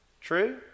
true